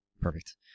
Perfect